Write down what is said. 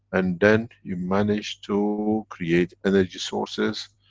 and then you manage to create energy sources.